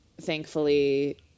thankfully